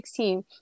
2016